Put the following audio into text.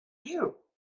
you